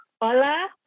Hola